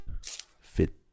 fit